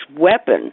weapon